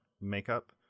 makeup